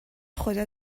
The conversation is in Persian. خدا